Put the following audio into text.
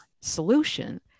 solution